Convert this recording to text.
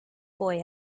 boy